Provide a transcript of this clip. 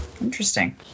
interesting